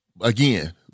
again